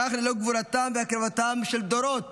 כך ללא גבורתם והקרבתם של דורות